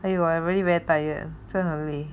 !aiyo! I really very tired 真的很累